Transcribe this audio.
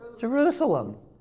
Jerusalem